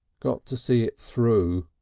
got to see it through,